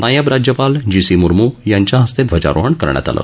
नायब राज्यपाल G C Murmu यांच्याहस्ते ध्वजारोहण करण्यात आलं